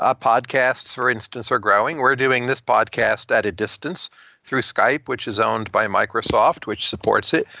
ah podcasts, for instance, are growing. we're doing this podcast at a distance through skype, which is owned by microsoft, which supports it.